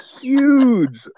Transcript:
huge